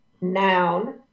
noun